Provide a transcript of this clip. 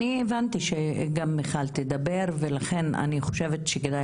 אני הבנתי ממך שגם מיכל תדבר ולכן אני חושבת שכדאי